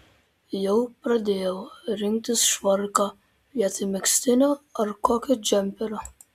jau pradėjau rinktis švarką vietoj megztinio ar kokio džemperio